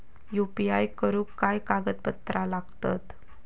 UPI करुक काय कागदपत्रा लागतत?